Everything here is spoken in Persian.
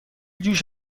جوش